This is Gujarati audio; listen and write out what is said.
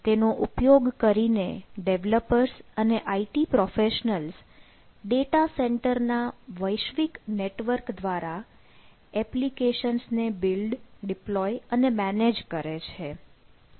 તેનો ઉપયોગ કરીને ડેવલપર્સ અને આઈટી પ્રોફેશનલ્સ ડેટા સેન્ટર ના વૈશ્વિક નેટવર્ક દ્વારા એપ્લિકેશન્સ ને બિલ્ડ કરે છે